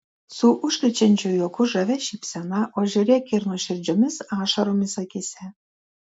su užkrečiančiu juoku žavia šypsena o žiūrėk ir nuoširdžiomis ašaromis akyse